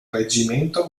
reggimento